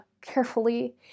carefully